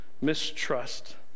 mistrust